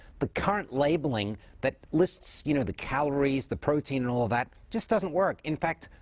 the current labeling that lists you know the calories, the protein and all of that just doesn't work. in fact,